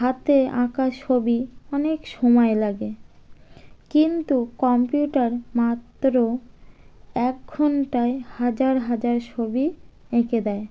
হাতে আঁকা ছবি অনেক সময় লাগে কিন্তু কম্পিউটার মাত্র এক ঘন্টায় হাজার হাজার ছবি এঁকে দেয়